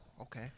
Okay